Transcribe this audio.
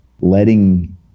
letting